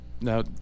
Now